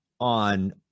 on